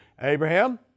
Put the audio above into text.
Abraham